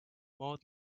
more